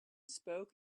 spoke